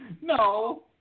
No